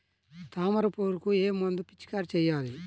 తామర పురుగుకు ఏ మందు పిచికారీ చేయాలి?